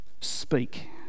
speak